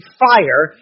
fire